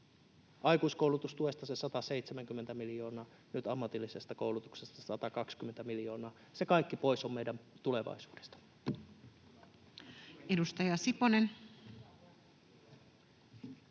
aikuiskoulutustuesta se 170 miljoonaa, nyt ammatillisesta koulutuksesta 120 miljoonaa. Se kaikki on pois meidän tulevaisuudesta. [Kim